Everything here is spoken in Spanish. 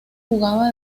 jugaba